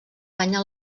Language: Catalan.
banya